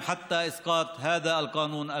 הנאום שלנו לנצח יהיה התקווה,